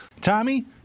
Tommy